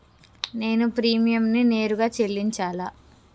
నేను ప్రీమియంని నేరుగా చెల్లించాలా?